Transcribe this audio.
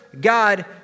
God